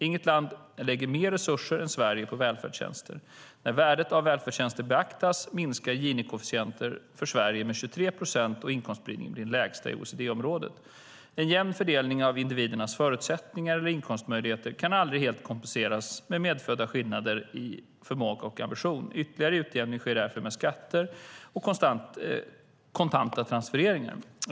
Inget land lägger mer resurser än Sverige på välfärdstjänster. När värdet av välfärdstjänsterna beaktas minskar Gini-koefficienten för Sverige med 23 procent, och inkomstspridningen blir den lägsta i OECD-området. En jämn fördelning av individernas förutsättningar eller inkomstmöjligheter kan aldrig helt kompensera för medfödda skillnader i förmåga och ambition. Ytterligare utjämning sker därför med skatter och kontanta transfereringar.